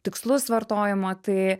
tikslus vartojimo tai